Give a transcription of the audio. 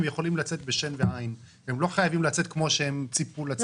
הם יכולים לצאת בשן ועין והם לא חייבים לצאת כמו שהם ציפו לצאת.